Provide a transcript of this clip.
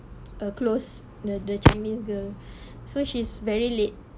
a close the the genius girl so she's very late